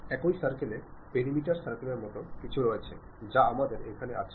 একই সার্কেলে পেরিমিটার সার্কেলের মতো কিছু রয়েছে যা আমাদের এখানে আছে